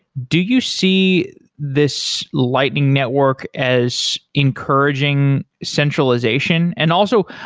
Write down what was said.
do you see this lightning network as encouraging centralization? and also,